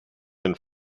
and